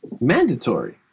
mandatory